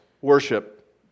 worship